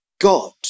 God